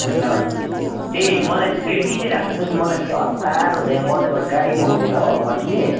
अन्त त्यही मलाई चाहिँ रेडी चाहिँ राखि दिनुहोस् मलाई फेरि हतार हुन्छ यहाँ बजारबाट गाडी पाउँदैन हो फर्किने